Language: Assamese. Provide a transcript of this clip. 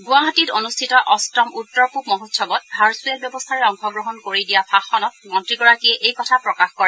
গুৱাহাটীত অনুষ্ঠিত অষ্টম উত্তৰ পূব মহোৎসৱত ভাৰ্চুৱেল ব্যৱস্থাৰে অংশগ্ৰহণ কৰি দিয়া ভাষণ মন্ত্ৰীগৰাকীয়ে এই কথা প্ৰকাশ কৰে